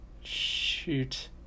shoot